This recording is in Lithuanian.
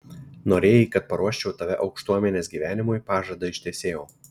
norėjai kad paruoščiau tave aukštuomenės gyvenimui pažadą ištesėjau